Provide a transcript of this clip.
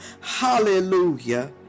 hallelujah